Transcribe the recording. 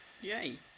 Yay